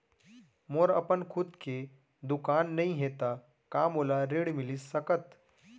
मोर अपन खुद के दुकान नई हे त का मोला ऋण मिलिस सकत?